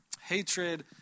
hatred